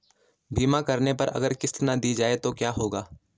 बीमा करने पर अगर किश्त ना दी जाये तो क्या होगा?